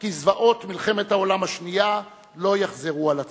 כי זוועות מלחמת העולם השנייה לא יחזרו על עצמן.